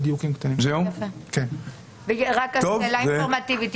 שאלה אינפורמטיבית,